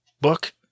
book